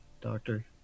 doctor